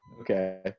Okay